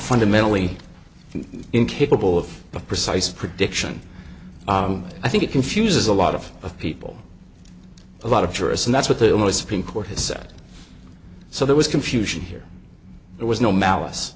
fundamentally incapable of a precise prediction i think it confuses a lot of people a lot of tourists and that's what the almost supreme court has said so there was confusion here there was no malice